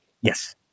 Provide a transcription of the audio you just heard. Yes